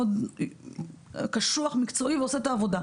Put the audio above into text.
קשוח ועושה את העבודה.